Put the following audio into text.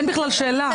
אין בכלל שאלה.